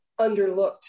underlooked